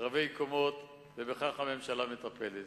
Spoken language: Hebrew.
רבי קומות, ובכך הממשלה מטפלת.